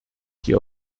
die